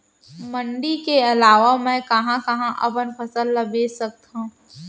मण्डी के अलावा मैं कहाँ कहाँ अपन फसल ला बेच सकत हँव?